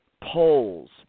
polls